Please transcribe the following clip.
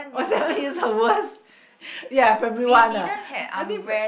is the worst ya primary one ah I think pr~